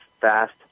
fast